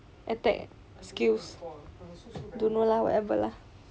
attack skills don't know lah whatever lah